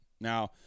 Now